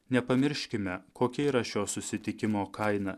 nepamirškime kokia yra šio susitikimo kaina